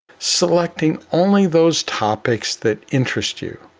selecting only those topics that interest you,